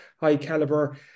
high-caliber